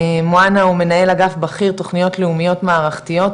מוהאנה הוא מנהל אגף בכיר תוכניות לאומיות מערכתיות,